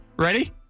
Ready